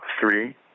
three